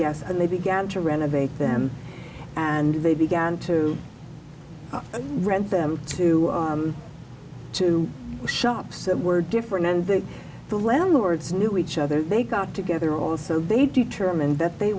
gas and they began to renovate them and they began to rent them to two shops that were different and then the landlords knew each other they got together all so they determined that they